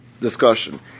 discussion